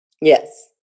Yes